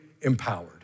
empowered